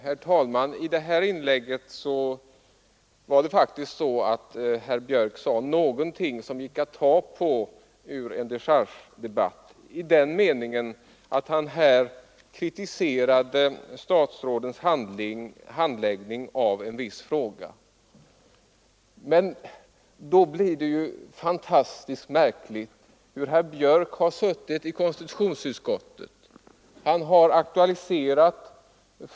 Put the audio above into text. Herr talman! I det senaste inlägget sade herr Björck i Nässjö faktiskt någonting som vi kan ta på i en dechargedebatt; han kritiserade nu statsrådens handläggning av en viss fråga. Men då blir det fantastiskt märkligt! Herr Björck har deltagit i konstitutionsutskottets granskning.